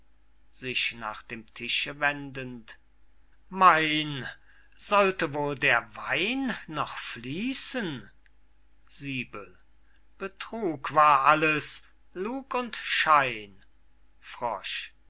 sich nach dem tische wendend mein sollte wohl der wein noch fließen betrug war alles lug und schein